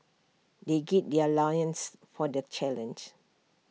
they gird their loins for the challenge